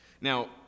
Now